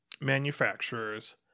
manufacturers